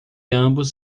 ambos